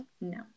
no